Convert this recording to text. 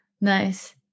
Nice